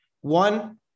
One